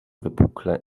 wypukle